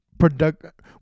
product